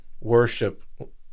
worship